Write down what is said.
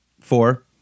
Four